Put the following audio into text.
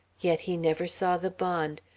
yet he never saw the bond,